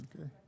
Okay